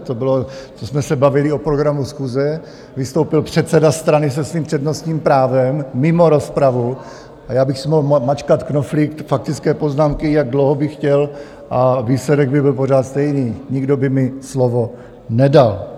To jsme se bavili o programu schůze, vystoupil předseda strany se svým přednostním právem mimo rozpravu a já bych si mohl mačkat knoflík faktické poznámky, jak dlouho bych chtěl, a výsledek by byl pořád stejný nikdo by mi slovo nedal.